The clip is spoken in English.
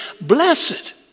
Blessed